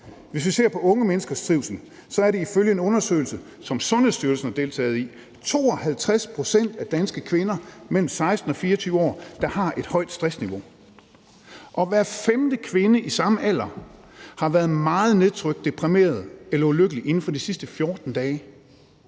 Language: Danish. Hvis vi ser på unge menneskers trivsel, er det ifølge en undersøgelse, som Sundhedsstyrelsen har udgivet, 52 pct. af danske kvinder mellem 16 og 24 år, der har et højt stressniveau. Og hver femte kvinde i samme alder har været meget nedtrykt, deprimeret eller ulykkelig inden for de sidste 14 dage.